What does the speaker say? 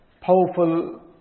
powerful